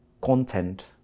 content